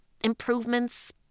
improvements